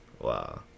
Wow